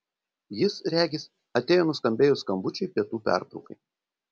jis regis atėjo nuskambėjus skambučiui pietų pertraukai